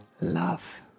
love